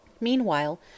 Meanwhile